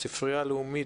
הספרייה הלאומית,